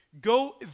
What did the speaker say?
Go